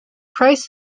price